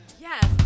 Yes